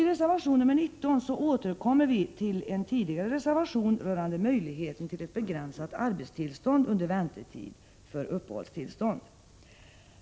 I reservation 19 återkommer vi till en tidigare reservation rörande möjligheten till begränsat arbetstillstånd under väntetid för uppehållstillstånd.